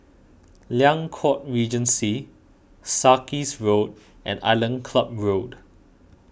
Liang Court Regency Sarkies Road and Island Club Road